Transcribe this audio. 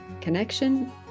Connection